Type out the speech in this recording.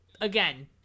again